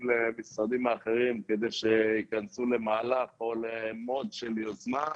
למשרדים האחרים כדי שייכנסו למהלך של יוזמה,